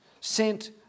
sent